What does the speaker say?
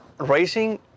racing